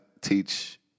teach